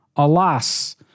Alas